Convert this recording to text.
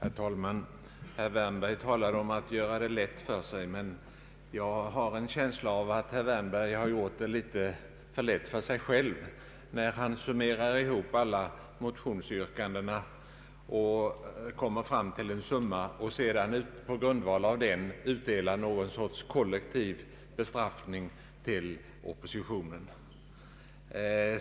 Herr talman! Herr Wärnberg talade om att göra det lätt för sig. Jag har en känsla av att herr Wärnberg gjorde det väl lätt för sig själv när han lade ihop alla motionsyrkanden, kom fram till en summa och sedan på grundval av den utdelade någon sorts kollektiv bestraffning åt oppositionen.